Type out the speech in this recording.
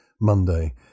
Monday